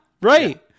Right